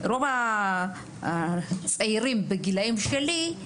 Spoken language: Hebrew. רוב הצעירים בגילאים שלי,